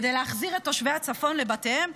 כדי להחזיר את תושבי הצפון לבתיהם.